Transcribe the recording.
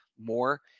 more